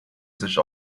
sich